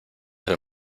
del